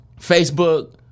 Facebook